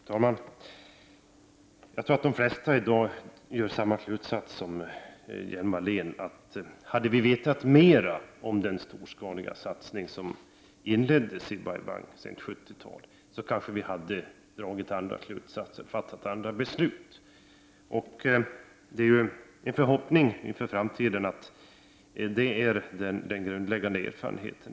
Fru talman! Jag tror att de flesta i dag drar samma slutsats som Lena Hjelm-Wallén: Om vi hade vetat mer om den storskaliga satsning som inleddes i Bai Bang på 70-talet hade vi kanske fattat andra beslut. En förhoppning för framtiden är att vi skall dra lärdom av denna grundläggande erfarenhet.